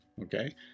Okay